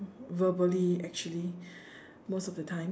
verbally actually most of the time